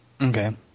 Okay